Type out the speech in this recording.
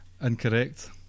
Incorrect